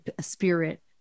spirit